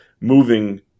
moving